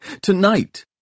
tonight